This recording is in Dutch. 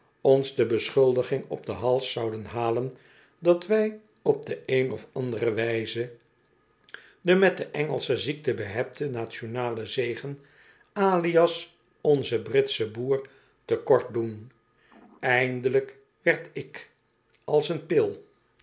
ons de beschuldiging op den hals zouden halen dat wy op de een of andere wijze den met de engelsche ziekte behepten nationalen zegen alias onzen britschen boer te kort doen eindelijk werd ik als een pil